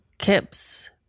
Kip's